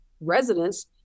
residents